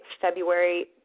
February